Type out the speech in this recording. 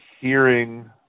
hearing